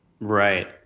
Right